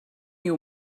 you